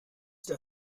der